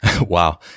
Wow